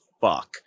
fuck